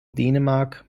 dänemark